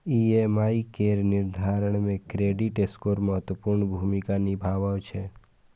EMI केर निर्धारण मे क्रेडिट स्कोर महत्वपूर्ण भूमिका निभाबै छै